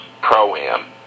Pro-Am